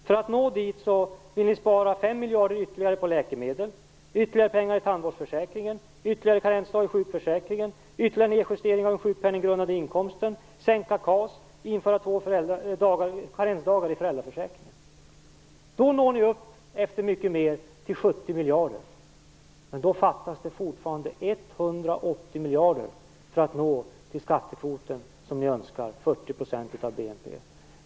För att nå dit vill ni spara 5 miljarder ytterligare på läkemedel, ytterligare på tandvårdsförsäkringen, införa ytterligare en karensdag i sjukförsäkringen, ytterligare en nedjustering av den sjukpenninggrundande inkomsten, sänka KAS, införa karensdagar i föräldraförsäkringen. Då når ni upp efter mycket mer till 70 miljarder. Men då fattas det fortfarande 180 miljarder för att nå till den skattekvot som ni önskar, 40 % av BNP.